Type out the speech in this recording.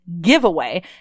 giveaway